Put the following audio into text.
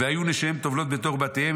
והיו נשיהם טובלות בתוך בתיהם,